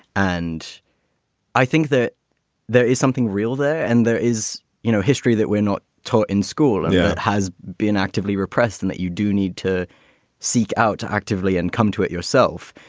and i think that there is something real there and there is no history that we're not taught in school yeah has been actively repressed and that you do need to seek out to actively and come to it yourself.